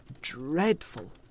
dreadful